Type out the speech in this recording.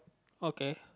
okay